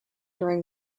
during